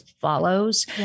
follows